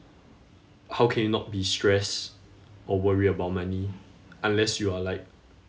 how can you not be stressed or worry about money unless you are like